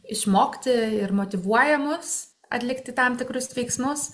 išmokti ir motyvuoja mus atlikti tam tikrus veiksmus